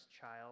child